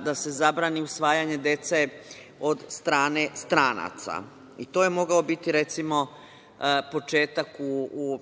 da se zabrani usvajanje dece od strane stranaca i to je mogao biti, recimo, početak u